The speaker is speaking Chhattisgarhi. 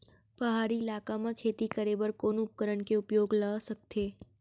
पहाड़ी इलाका म खेती करें बर कोन उपकरण के उपयोग ल सकथे?